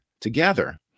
together